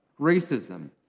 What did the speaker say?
racism